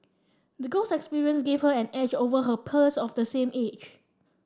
the girl's experience gave her an edge over her peers of the same age